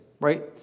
right